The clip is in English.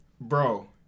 Bro